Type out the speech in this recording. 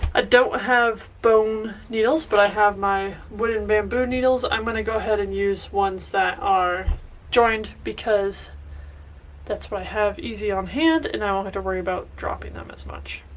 ah don't have bone needles but i have my wooden bamboo needles. i'm gonna go ahead and use ones that are joined because that's what i have easy on hand and i won't have to worry about dropping them as much.